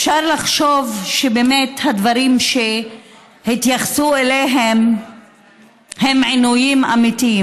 אפשר לחשוב שבאמת הדברים שהתייחסו אליהם הם עינויים אמיתיים,